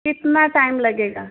कितना टाइम लगेगा